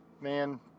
Man